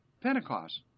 Pentecost